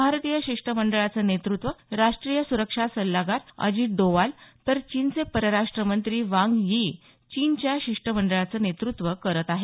भारतीय शिष्टमंडळाचं नेतृत्व राष्टीय सुरक्षा सल्लागार अजित डोवाल तर चीनचे परराष्ट मंत्री वांग यी चीनच्या शिष्टमंडळाचं नेतृत्व करत आहेत